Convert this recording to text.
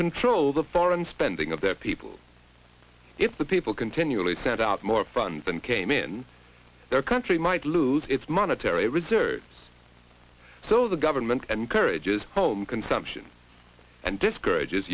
control the foreign spending of their people if the people continually send out more fun than came in their country might lose its monetary reserves so the government encourages home consumption and discourages